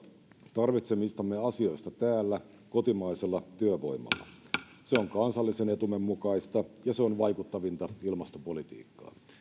tarvitsemistamme asioista täällä kotimaisella työvoimalla se on kansallisen etumme mukaista ja se on vaikuttavinta ilmastopolitiikkaa